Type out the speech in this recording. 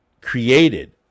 created